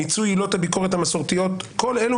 מיצוי עילות הביקורת המסורתיות כל אלו